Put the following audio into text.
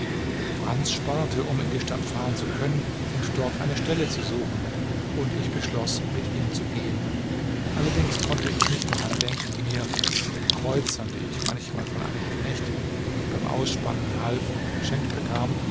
franz sparte um in die stadt fahren zu können und dort eine stelle zu suchen und ich beschloß mit ihm zu gehen allerdings konnte ich nicht daran denken mir von den kreuzern die ich manchmal von einem knecht dem ich beim ausspannen half geschenkt bekam